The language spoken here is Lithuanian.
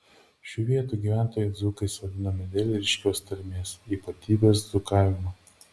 šių vietų gyventojai dzūkais vadinami dėl ryškios tarmės ypatybės dzūkavimo